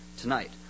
tonight